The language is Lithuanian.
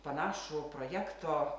panašų projekto